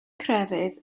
crefydd